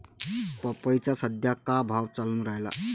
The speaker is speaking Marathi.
पपईचा सद्या का भाव चालून रायला?